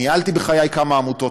ניהלתי בחיי כמה עמותות,